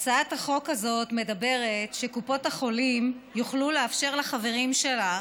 הצעת החוק הזאת אומרת שקופות החולים יוכלו לאפשר לחברים שלהן